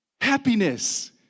happiness